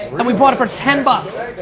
and we bought it for ten bucks.